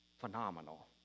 phenomenal